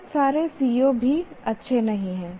बहुत सारे CO भी अच्छे नहीं हैं